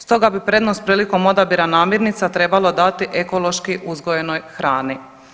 Stoga bi prednost prilikom odabira namirnica trebalo dati ekološki uzgojenoj hrani.